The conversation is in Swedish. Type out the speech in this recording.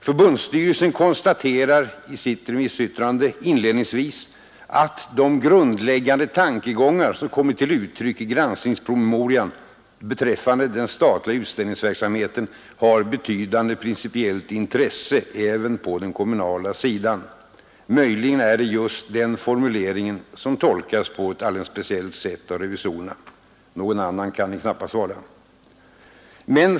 Förbundsstyrelsen konstaterar i sitt remissyttrande inledningsvis att ”de grundläggande tankegångar som kommer till uttryck i granskningspromemorian beträffande den statliga utställningsverksamheten har betydande principiellt intresse även på den kommunala sidan”. Möjligen är det just denna formulering som tolkats på ett alldeles speciellt sätt av revisorerna — någon annan kan det knappast vara.